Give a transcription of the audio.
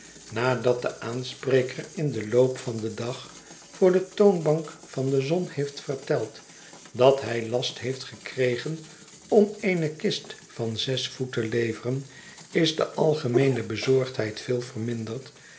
nadat de aanspreker in den loop van den dag voor de toonbank van de zon heeft verteld dat hij last heeft gekregen om eene kist van zes voet te leveren is de algemeene bezorgdheid veel verminderd